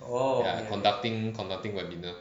ya conducting conducting webinar